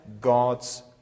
God's